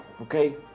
Okay